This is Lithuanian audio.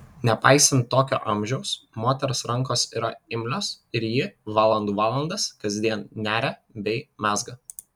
nepaisant tokio amžiaus moters rankos yra imlios ir ji valandų valandas kasdien neria bei mezga